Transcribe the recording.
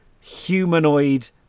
humanoid